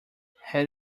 had